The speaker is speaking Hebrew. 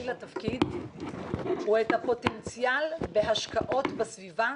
לתפקיד הוא את הפוטנציאל בהשקעות בסביבה